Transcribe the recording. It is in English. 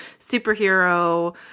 superhero